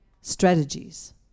strategies